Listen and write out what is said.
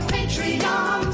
Patreon